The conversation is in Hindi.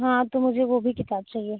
हाँ तो मुझे वह भी किताब चाहिए